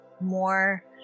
more